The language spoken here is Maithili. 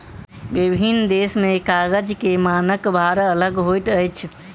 विभिन्न देश में कागज के मानक भार अलग होइत अछि